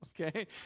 okay